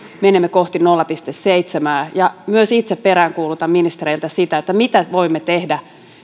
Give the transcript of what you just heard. menemme kohti nolla pilkku seitsemää ja myös itse peräänkuulutan ministereiltä mitä voimme tehdä